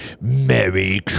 Merry